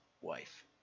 wife